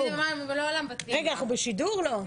הצבעה בעד אישור הקדמת הדיון בהצעת החוק חמישה.